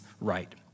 right